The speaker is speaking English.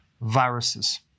viruses